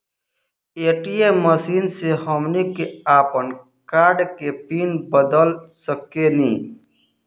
ATM machine से हमनी के आपन कार्ड के पिन नम्बर बदल सके नी